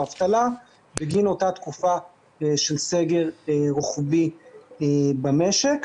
אבטלה בגין אותה תקופה של סגר רוחבי במשק.